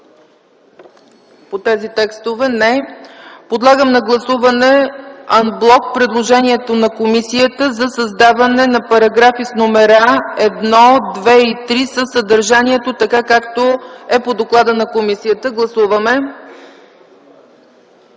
по тези текстове? Не. Подлагам на гласуване ан блок предложението на комисията за създаване на параграфи с номера 1, 2 и 3 със съдържанието, така както е по доклада на комисията. Гласували